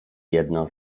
jedna